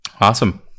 Awesome